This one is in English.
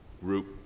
group